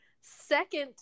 second